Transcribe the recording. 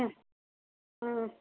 ம் ம்